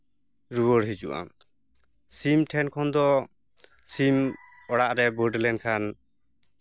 ᱨᱩᱣᱟᱹᱲ ᱦᱤᱡᱩᱜᱼᱟ ᱥᱤᱢ ᱴᱷᱮᱱ ᱠᱷᱚᱱ ᱫᱚ ᱥᱤᱢ ᱚᱲᱟᱜ ᱨᱮ ᱵᱟᱹᱰ ᱞᱮᱱᱠᱷᱟᱱ